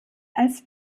als